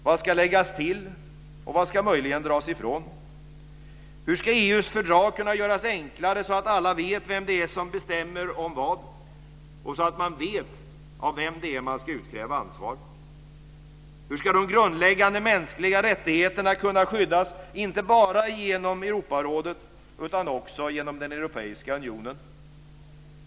Vad ska läggas till och vad ska möjligen dras ifrån? Hur ska EU:s fördrag kunna göras enklare så att alla vet vem det är som bestämmer om vad och så att man vet av vem det är man ska utkräva ansvar? Hur ska de grundläggande mänskliga rättigheterna kunna skyddas inte bara genom Europarådet utan också genom den europeiska unionen?